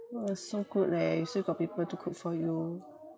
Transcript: !wah! so good leh you still got people to cook for you